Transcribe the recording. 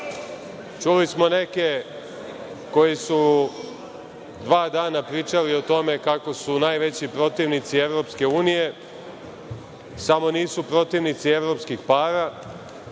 Čuli smo neke koji su dva dana pričali o tome kako su najveći protivnici EU, samo nisu protivnici evropskih para